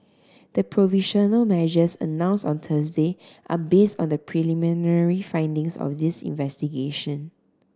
the provisional measures announced on Thursday are base on the preliminary findings of this investigation